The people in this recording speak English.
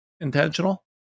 intentional